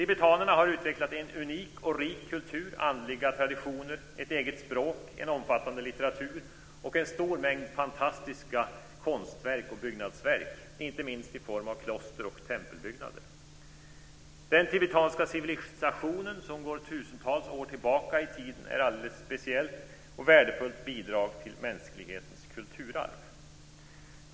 Tibetanerna har utvecklat en unik och rik kultur, andliga traditioner, ett eget språk, en omfattande litteratur och en stor mängd fantastiska konstverk och byggnadsverk - inte minst i form av kloster och tempelbyggnader. Den tibetanska civilisationen, som går tusentals år tillbaka i tiden, är ett alldeles speciellt och värdefullt bidrag till mänsklighetens kulturarv.